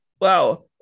Wow